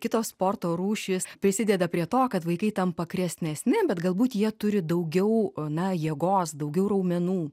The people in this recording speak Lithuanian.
kitos sporto rūšys prisideda prie to kad vaikai tampa kresnesni bet galbūt jie turi daugiau na jėgos daugiau raumenų